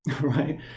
right